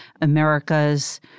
America's